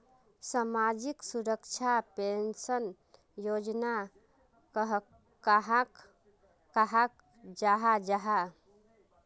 सामाजिक सुरक्षा पेंशन योजना कहाक कहाल जाहा जाहा?